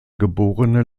geborene